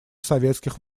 советских